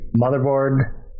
motherboard